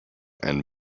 and